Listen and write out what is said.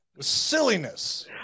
silliness